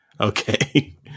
Okay